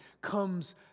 comes